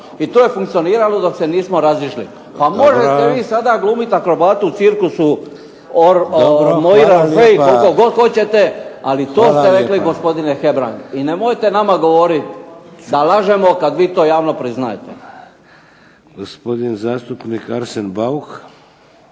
i to je funkcioniralo dok se nismo razišli. Pa možete vi sada glumiti akrobatu u cirkusu ... ali to ste rekli gospodine Hebrang. I nemojte nama govoriti sa lažemo kada vi to javno priznajete. **Šeks, Vladimir (HDZ)** Gospodin zastupnik Arsen Bauk.